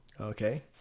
Okay